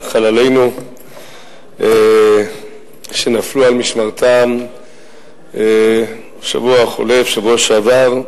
חללינו שנפלו על משמרתם בשבוע החולף, בשבוע שעבר,